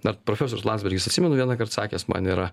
dar profesorius landsbergis atsimenu vienąkart sakęs man yra